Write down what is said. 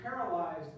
paralyzed